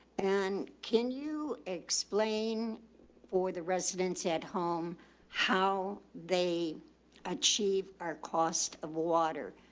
and can you explain for the residents at home how they achieve our cost of water?